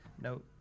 no